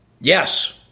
yes